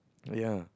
ya